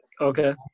Okay